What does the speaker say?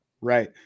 Right